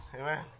Amen